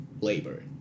labor